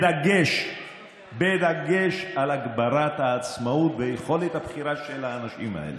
בדגש על הגברת העצמאות ויכולת הבחירה של האנשים האלה,